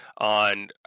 on